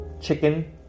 chicken